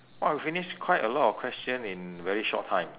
!wah! we finished quite a lot of question in very short time